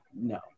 no